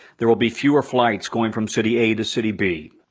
there will be fewer flights going from city a to city b.